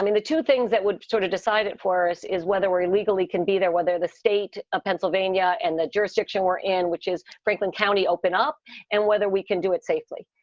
the two things that would sort of decide it for us is whether we're illegally can be there, whether the state of pennsylvania and the jurisdiction we're in, which is franklin county, open up and whether we can do it safely.